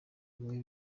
bimwe